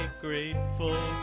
grateful